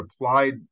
applied